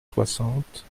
soixante